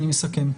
ואני מסכם.